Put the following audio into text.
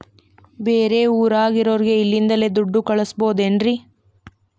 ಬೇರೆ ಊರಾಗಿರೋರಿಗೆ ಇಲ್ಲಿಂದಲೇ ದುಡ್ಡು ಕಳಿಸ್ಬೋದೇನ್ರಿ?